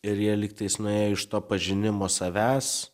ir jie lygtais nuėjo iš to pažinimo savęs